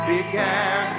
Began